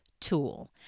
tool